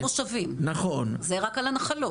בן ממשיך זה במושבים, זה רק על הנחלות.